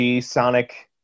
Sonic